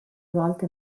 volte